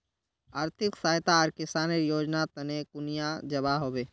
आर्थिक सहायता आर किसानेर योजना तने कुनियाँ जबा होबे?